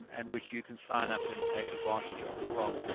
and which you can sign up and take advantage of as well